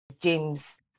James